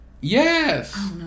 yes